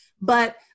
But-